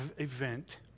event